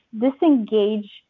disengage